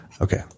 okay